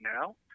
now